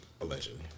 Allegedly